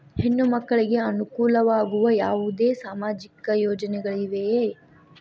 ಹೆಣ್ಣು ಮಕ್ಕಳಿಗೆ ಅನುಕೂಲವಾಗುವ ಯಾವುದೇ ಸಾಮಾಜಿಕ ಯೋಜನೆಗಳಿವೆಯೇ?